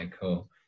cool